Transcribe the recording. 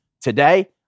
today